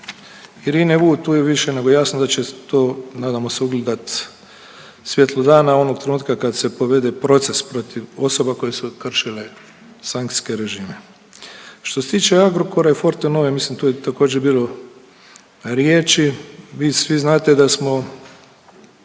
Irine VU tu je više nego jasno da će to nadamo se ugledat svjetlo dana onog trenutka kad se povede proces koje su kršile sankcijske režime. Što se tiče Agrokora i Fortenove mislim tu je također bilo riječi, vi svi znate da smo